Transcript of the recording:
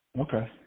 Okay